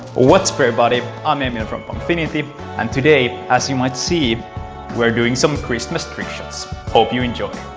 what's up everybody! i'm emil from pongfinity and today as you might see we are doing some christmas trick shots! hope you enjoy!